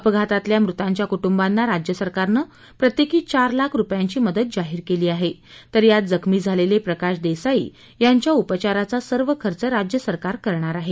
अपघातातल्या मृतांच्या कुटुंबांना राज्य सरकारनं प्रत्येकी चार लाख रूपयांची मदत जाहीर केली आहे तर यात जखमी झालेले प्रकाश देसाई यांच्या उपचाराचा सर्व खर्च राज्य सरकार करणार आहे